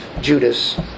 Judas